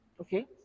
Okay